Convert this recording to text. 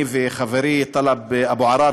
אני וחברי טלב אבו עראר,